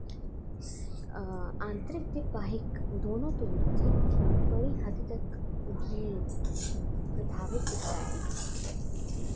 आंतरिक ते बाहिक दोनों च बड़ी हद्द तक मतलव कि प्रभावित कीता ऐ